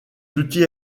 outils